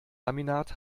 laminat